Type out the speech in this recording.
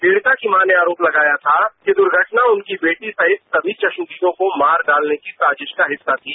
पीड़िता की मां ने आरोप लगाया था कि दुर्घटना उनकी बेटी सहित सभी चश्मदीदों को मार डालने की साजिश का हिस्सा थी